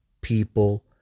people